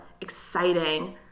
exciting